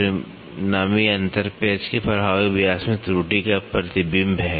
परिणामी अंतर पेंच के प्रभावी व्यास में त्रुटि का प्रतिबिंब है